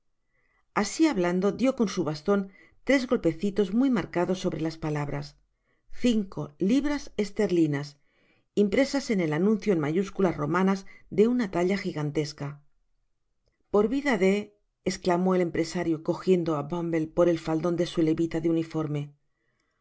asi hablando dió con su baston tres golpecitos muy marcados sobre las palabras cinco libras esterlinas impresas en el anuncio en mayúsculas romanas de una talla gigantesca por vida de esclamó el empresario cogiendo á bumble por el faldon de su levita de uniformejustamente